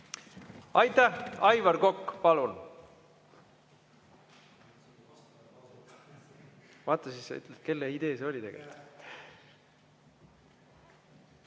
Aitäh! Aivar Kokk, palun!